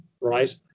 right